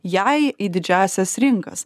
jai į didžiąsias rinkas